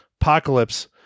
apocalypse